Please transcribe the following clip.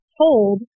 told